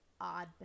odd